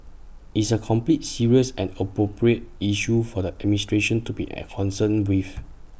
it's A complete serious and appropriate issue for the administration to be at concerned with